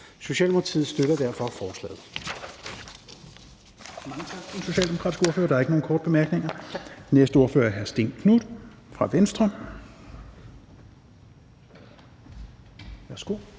Socialdemokratiet støtter derfor forslaget.